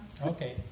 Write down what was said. Okay